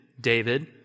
David